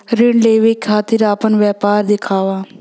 ऋण लेवे के खातिर अपना व्यापार के दिखावा?